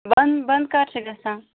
بَنٛد بَنٛد کَر چھُ گَژھان